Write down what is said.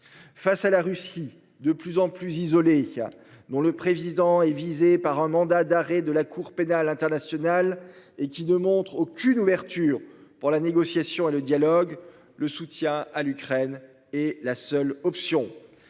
Face à la Russie de plus en plus isolé y a dont le président est visé par un mandat d'arrêt de la Cour pénale internationale et qui ne montre aucune ouverture pour la négociation et le dialogue, le soutien à l'Ukraine et la seule option.